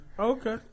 Okay